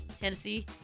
Tennessee